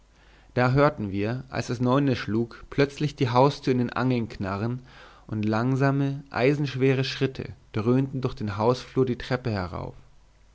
da hörten wir als es neune schlug plötzlich die haustür in den angeln knarren und langsame eisenschwere schritte dröhnten durch den hausflur die treppe herauf